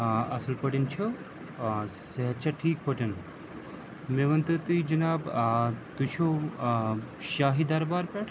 اَصٕل پٲٹھۍ چھُو صحت چھےٚ ٹھیٖک پٲٹھۍ مےٚ ؤنۍتو تُہۍ جِناب تُہۍ چھُو شاہی دربار پٮ۪ٹھ